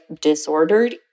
disordered